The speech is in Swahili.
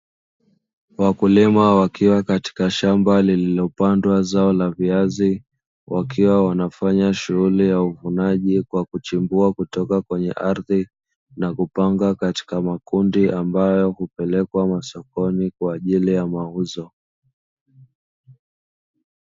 Wakulima wakiwa katika shamba lililopandwa zao la viazi, wakiwa wanafanya shughuli ya uvunaji kwa kuchimbua kutoka kwenye ardhi, na kupanga katika makundi ambayo hupelekwa masokoni kwa ajili ya mauzo.